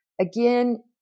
again